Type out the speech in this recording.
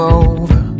over